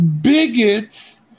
bigots